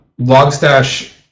Logstash